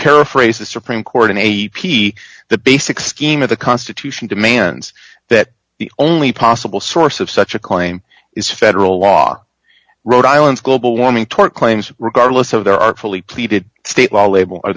paraphrase the supreme court and a p the basic scheme of the constitution demands that the only possible source of such a claim is federal law rhode island global warming tort claims regardless of their artfully pleaded state law label